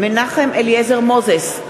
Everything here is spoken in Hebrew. מנחם אליעזר מוזס,